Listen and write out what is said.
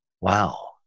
Wow